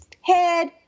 head